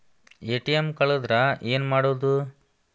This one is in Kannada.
ಎ.ಟಿ.ಎಂ ಕಳದ್ರ ಏನು ಮಾಡೋದು?